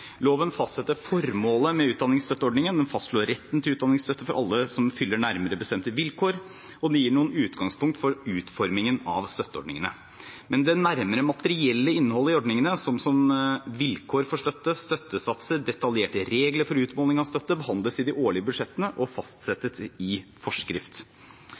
Loven fastsetter formålet med utdanningsstøtteordningen, den fastslår retten til utdanningsstøtte for alle som fyller nærmere bestemte vilkår, og den gir noen utgangspunkt for utformingen av støtteordningene. Men det nærmere materielle innholdet i ordningene, sånn som vilkår for støtte, støttesatser og detaljerte regler for utmåling av støtte, behandles i de årlige budsjettene og fastsettes i forskrift.